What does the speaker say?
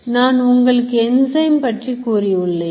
நான் உங்களுக்கு Enzyme பற்றி கூறியுள்ளேன்